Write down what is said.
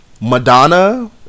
Madonna